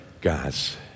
Guys